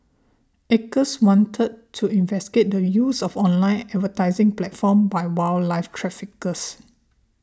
Acres wanted to investigate the use of online advertising platforms by wildlife traffickers